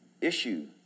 issue